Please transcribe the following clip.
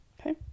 Okay